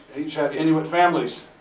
each had inuit families.